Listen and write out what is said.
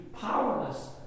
powerless